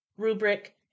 rubric